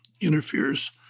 interferes